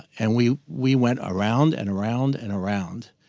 and we we went around and around and around.